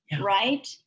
Right